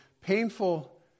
painful